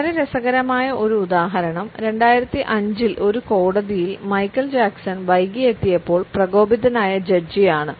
വളരെ രസകരമായ ഒരു ഉദാഹരണം 2005 ൽ ഒരു കോടതിയിൽ മൈക്കൽ ജാക്സൺ വൈകി എത്തിയപ്പോൾ പ്രകോപിതനായ ജഡ്ജി ആണ്